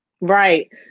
Right